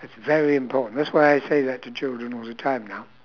it's very important that's why I say that to children all the time now